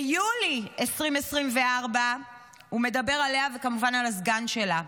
ביולי 2024 הוא מדבר עליה וכמובן על הסגן שלה: